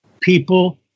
people